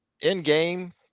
in-game